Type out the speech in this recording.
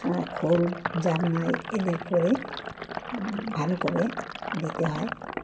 খোল জাবনা এদের করে ভালো করে দিতে হয়